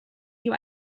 you